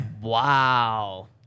Wow